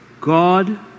God